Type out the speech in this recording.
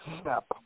step